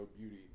beauty